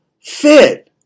fit